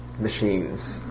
machines